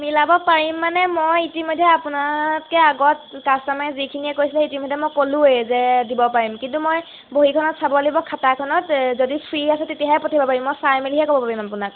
মিলাব পাৰিম মানে মই ইতিমধ্যে আপোনাতকৈ আগত কাষ্টমাৰে যিখিনিয়ে কৈছিলে ইতিমধ্যে মই ক'লোঁৱেই যে দিব পাৰিম কিন্তু মই বহীখনত চাব লাগিব খাতাখনত যদি ফ্ৰী আছে তেতিয়াহে পঠিয়াব পাৰিম মই চাই মেলিহে ক'ব পাৰিম আপোনাক